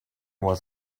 was